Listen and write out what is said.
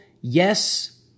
yes